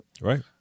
Right